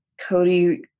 Cody